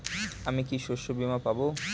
আমি কি শষ্যবীমা পাব?